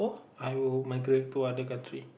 I will migrate go other country